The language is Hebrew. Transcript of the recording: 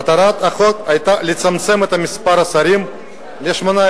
מטרת החוק היתה לצמצם את מספר השרים ל-18.